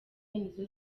nizo